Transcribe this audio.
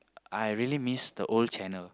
I really miss the old channel